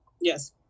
Yes